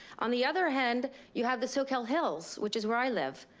on the other hand, you have the soquel hills, which is where i live,